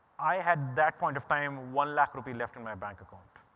i had, that point of time, one lakh rupee left in my bank account.